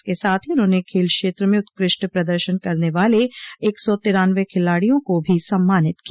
इसके साथ ही उन्होंने खेल क्षेत्र में उत्कृष्ट प्रदर्शन करने वाले एक सौ तिरानवे खिलाड़ियों को भी सम्मानित किया